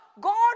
God